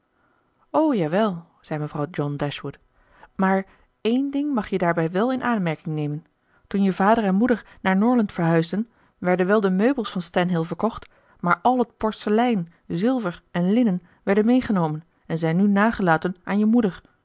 o jawel zei mevrouw john dashwood mààr één ding mag je daarbij wèl in aanmerking nemen toen je vader en moeder naar norland verhuisden werden wel de meubels van stanhill verkocht maar al het porselein zilver en linnen werden meegenomen en zijn nu nagelaten aan je moeder